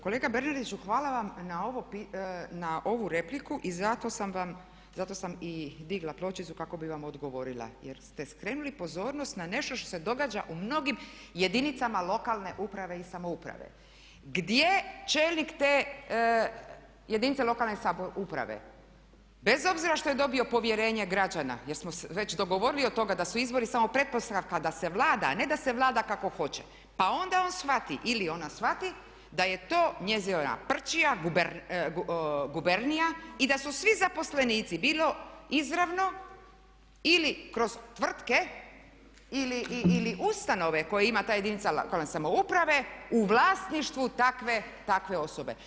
Kolega Bernardiću hvala vam na ovu repliku i zato sam i digla pločicu kako bih vam odgovorila jer ste skrenuli pozornost na nešto što se događa u mnogim jedinicama lokalne uprave i samouprave gdje čelnik te jedinice lokalne samuprave, bez obzira što je dobio povjerenje građana jer smo već dogovorili od toga da su izbori samo pretpostavka da se vlada a ne da se vlada kako hoće pa onda on shvati ili ona shvati da je to njezina prćija, gubernija i da su svi zaposlenici bilo izravno ili kroz tvrtke ili ustanove koju ima ta jedinica lokalne samouprave u vlasništvu takve osobe.